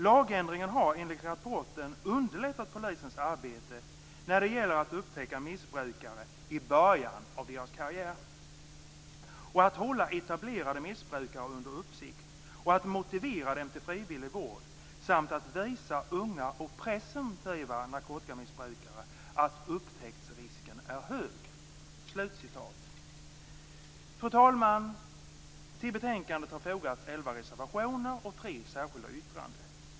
Lagändringen har enligt rapporten underlättat polisens arbete när det gäller att upptäcka missbrukare i början av karriären, att hålla etablerade missbrukare under uppsikt och att motivera dem till frivillig vård samt att visa unga och presumtiva narkotikamissbrukare att upptäcktsrisken är hög." Fru talman! Till betänkandet har fogats elva reservationer och tre särskilda yttranden.